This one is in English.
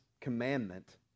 commandment